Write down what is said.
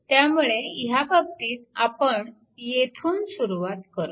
त्यामुळे ह्या बाबतीत आपण येथून सुरुवात करू